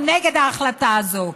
ואנחנו נגד ההחלטה הזאת.